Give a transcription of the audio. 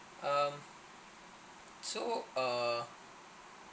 um so uh